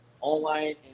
online